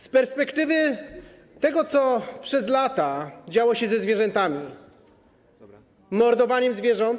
Z perspektywy tego, co przez lata działo się ze zwierzętami, mordowania zwierząt.